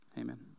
Amen